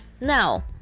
Now